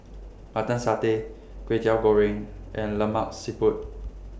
Mutton Satay Kwetiau Goreng and Lemak Siput